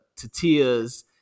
tatia's